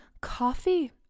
Coffee